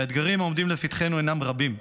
והאתגרים שעומדים לפתחנו הם רבים.